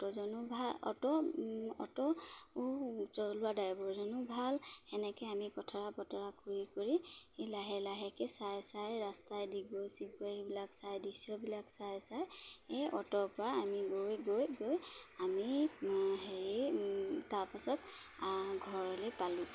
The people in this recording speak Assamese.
অ'টোজনো ভাল অ'ট অ'ট চলোৱা ড্ৰাইভৰজনো ভাল সেনেকৈ আমি কথৰা বতৰা কৰি কৰি লাহে লাহেকৈ চাই চাই ৰাস্তাই ডিগবৈ চিগবৈ সেইবিলাক চাই দৃশ্যবিলাক চাই চাই এই অ'টৰপৰা আমি গৈ গৈ গৈ আমি হেৰি তাৰপাছত ঘৰলৈ পালোঁ